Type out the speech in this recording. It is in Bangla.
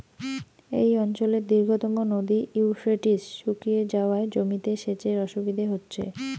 এই অঞ্চলের দীর্ঘতম নদী ইউফ্রেটিস শুকিয়ে যাওয়ায় জমিতে সেচের অসুবিধে হচ্ছে